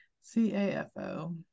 c-a-f-o